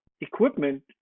equipment